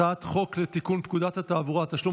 הצעת חוק לתיקון פקודת התעבורה (תשלום